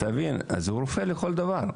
אז הוא רופא לכל דבר.